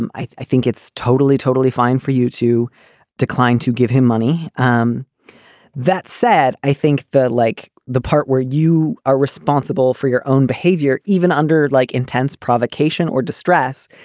and i i think it's totally, totally fine for you to decline to give him money. um that's sad. i think that like the part where you are responsible for your own behavior, even under like intense provocation or distress,